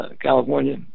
California